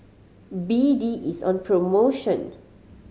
B D is on promotion